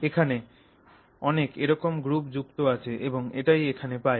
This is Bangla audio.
এখানে অনেক এরকম গ্রুপ যুক্ত আছে এবং এটাই এখানে পাই